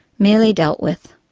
merely dealt with.